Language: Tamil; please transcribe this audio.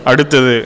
அடுத்தது